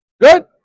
Good